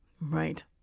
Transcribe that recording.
Right